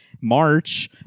March